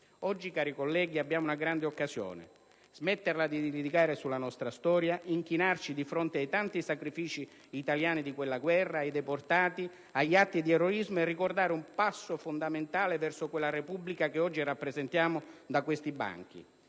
Oggi, cari colleghi, abbiamo una grande occasione: smetterla di litigare sulla nostra storia, inchinarci di fronte ai tanti sacrifici italiani di quella guerra, ai deportati, agli atti di eroismo e ricordare un passo fondamentale verso quella Repubblica che oggi rappresentiamo da questi banchi.